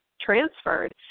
transferred